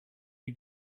you